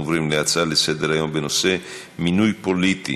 נעבור להצעה לסדר-היום בנושא: מינוי פוליטי